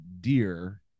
deer